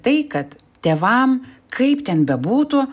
tai kad tėvam kaip ten bebūtų